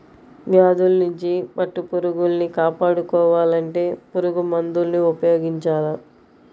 వ్యాధుల్నించి పట్టుపురుగుల్ని కాపాడుకోవాలంటే పురుగుమందుల్ని ఉపయోగించాల